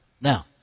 Now